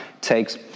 takes